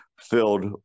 filled